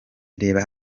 reba